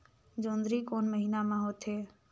जोंदरी कोन महीना म होथे?